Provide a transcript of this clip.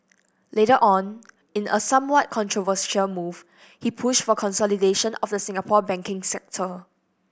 later on in a somewhat controversial move he pushed for consolidation of the Singapore banking sector